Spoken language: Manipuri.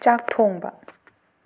ꯆꯥꯛ ꯊꯣꯡꯕ